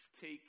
take